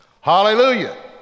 Hallelujah